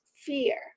fear